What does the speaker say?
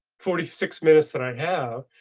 forty six minutes that i have,